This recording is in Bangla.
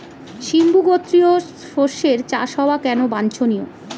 সিম্বু গোত্রীয় শস্যের চাষ হওয়া কেন বাঞ্ছনীয়?